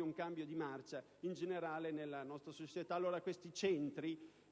un cambio di marcia più generale nella nostra società.